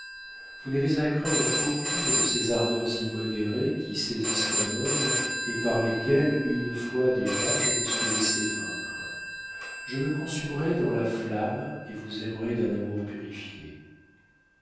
vous n'avez à craindre aucune de ces ardeurs immodérées qui saisissent un homme et par lesquelles une fois déjà je me suis laissé vaincre je me consumerai dans la flamme et vous aimerai d'un amour purifié